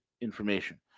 information